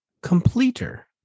completer